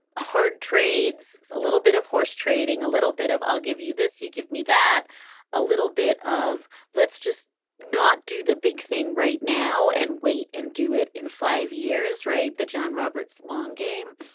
hard trades, a little bit of horse trading, a little bit of i'll give you this. you give me that a little bit of let's just not do the big thing right now and wait and do it in five years. right. the john roberts long game.